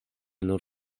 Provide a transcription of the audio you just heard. nur